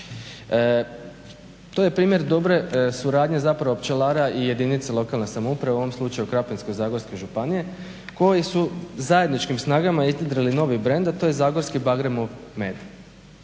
To je primjer dobre suradnje pčelara i jedinice lokalne samouprave u ovom slučaju Krapinsko-zagorske županije koji su zajedničkim snagama ishitrili novi brend, a to je zagorski Bagremov med.